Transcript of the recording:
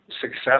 success